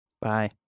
Bye